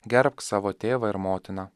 gerbk savo tėvą ir motiną